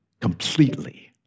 Completely